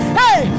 hey